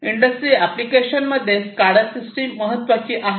industry application मध्ये SCADA system महत्त्वाची आहे